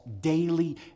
daily